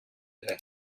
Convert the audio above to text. дээ